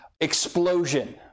explosion